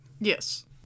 Yes